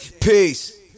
Peace